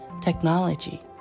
technology